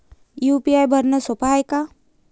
UPI भरनं सोप हाय का?